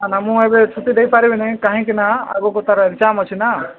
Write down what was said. ନା ନା ମୁଁ ଏବେ ଛୁଟି ଦେଇ ପାରିବିନି କାହିଁକି ନା ଆଗକୁ ତା'ର ଏଗ୍ଜାମ୍ ଅଛି ନା